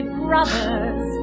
brothers